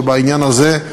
ובעניין הזה,